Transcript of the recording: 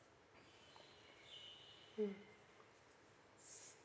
hmm